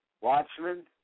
Watchmen